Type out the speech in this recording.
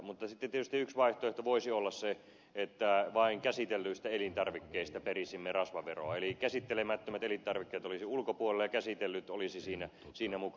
mutta sitten tietysti yksi vaihtoehto voisi olla se että vain käsitellyistä elintarvikkeista perisimme rasvaveroa eli käsittelemättömät elintarvikkeet olisivat veron ulkopuolella ja käsitellyt olisivat siinä mukana